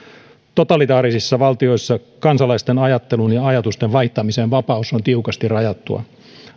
totalitaarisissa valtioissa kansalaisten ajattelun ja ajatusten vaihtamisen vapaus on tiukasti rajattua